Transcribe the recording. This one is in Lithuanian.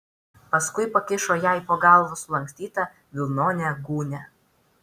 paskui pakišo jai po galva sulankstytą vilnonę gūnią